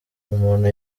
umuntu